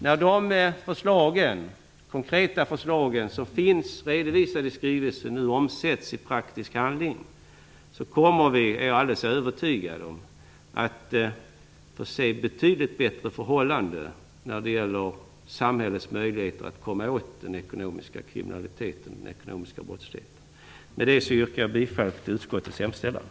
När de konkreta förslag som finns redovisade i skrivelsen nu omsätts i praktisk handling kommer vi - det är jag alldeles övertygad om - att få se betydligt bättre möjligheter för samhället att komma åt den ekonomiska brottsligheten. Med detta yrkar jag bifall till utskottets hemställan.